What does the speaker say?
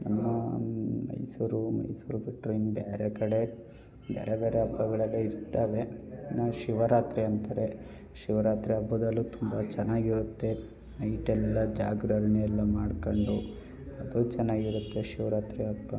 ನಮ್ಮ ಮೈಸೂರು ಮೈಸೂರು ಬಿಟ್ಟರೆ ಇನ್ನು ಬೇರೆ ಕಡೆ ಬೇರೆ ಬೇರೆ ಹಬ್ಬಗಳಲ್ಲಿಇರ್ತಾವೆ ಇನ್ನೂ ಶಿವರಾತ್ರಿ ಅಂತಾರೆ ಶಿವರಾತ್ರಿ ಹಬ್ಬದಲ್ಲು ತುಂಬ ಚೆನ್ನಾಗಿರುತ್ತೆ ನೈಟೆಲ್ಲ ಜಾಗರಣೆ ಎಲ್ಲ ಮಾಡ್ಕೊಂಡು ಅದು ಚೆನ್ನಾಗಿರುತ್ತೆ ಶಿವರಾತ್ರಿ ಹಬ್ಬ